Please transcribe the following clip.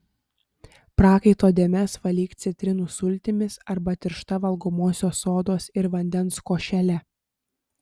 prakaito dėmes valyk citrinų sultimis arba tiršta valgomosios sodos ir vandens košele